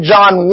John